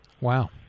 wow